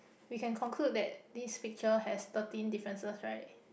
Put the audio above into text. we can conclude that this picture has thirteen differences right